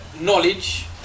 Knowledge